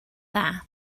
dda